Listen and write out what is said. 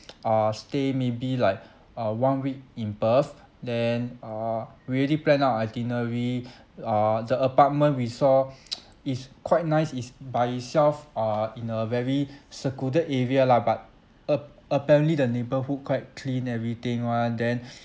uh stay maybe like uh one week in perth then err we already plan our itinerary uh the apartment we saw is quite nice is by itself err in a very secluded area lah but ap~ apparently the neighbourhood quite clean everything [one] then